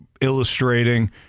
illustrating